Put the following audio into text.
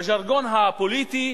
בז'רגון הפוליטי,